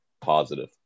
positive